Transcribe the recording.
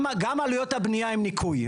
גם עלויות הבנייה הן ניכוי.